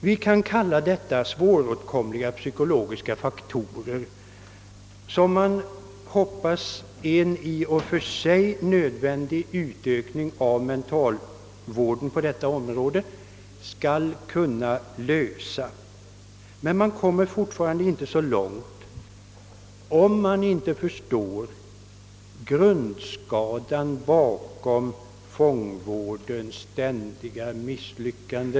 Vi kan kalla detta för svåråtkomliga psykologiska problem, som man hoppas att en och för sig nödvändig utökning av mentalvården på detta område skall kunna lösa, men man kommer fortfarande inte långt, om man inte förstår grundskadan bakom fångvårdens ständiga misslyckande.